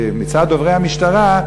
מצד דוברי המשטרה,